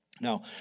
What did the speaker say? Now